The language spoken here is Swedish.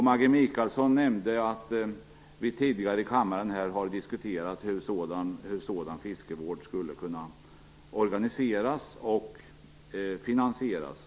Maggi Mikaelsson nämnde att vi tidigare i kammaren har diskuterat hur sådan fiskevård skulle kunna organiseras och finansieras.